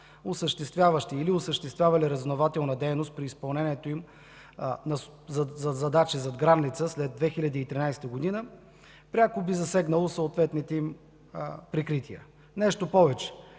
осъществяващи или осъществявали разузнавателна дейност при изпълнението на задачи зад граница след 2013 г., пряко би засегнало съответните им прикрития. Нещо повече,